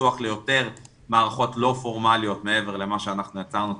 בטוח ליותר מערכות לא פורמליות מעבר למה שאנחנו יצרנו,